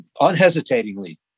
unhesitatingly